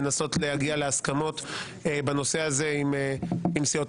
לנסות להגיע להסכמות בנושא הזה עם סיעות